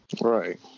Right